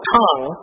tongue